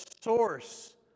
source